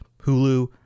Hulu